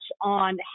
on